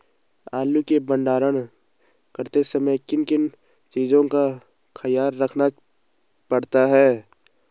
आलू के भंडारण करते समय किन किन चीज़ों का ख्याल रखना पड़ता है?